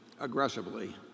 aggressively